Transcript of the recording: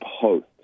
post